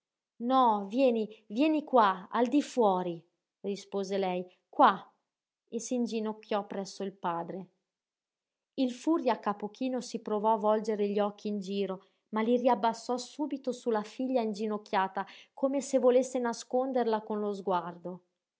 no vieni vieni qua al di fuori rispose lei qua e s'inginocchiò presso il padre il furri a capo chino si provò a volgere gli occhi in giro ma li riabbassò subito su la figlia inginocchiata come se volesse nasconderla con lo sguardo